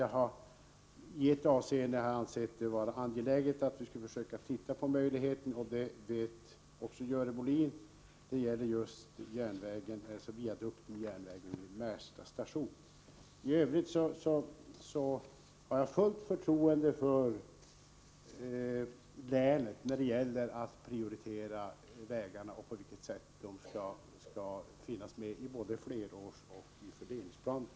Jag har i ett avseende ansett det angeläget att studera möjligheterna, och det gäller, som Görel Bohlin vet, viadukten över järnvägen vid Märsta station. I övrigt har jag fullt förtroende för länet när det gäller prioriteringen av vägarna i både flerårsoch fördelningsplaner.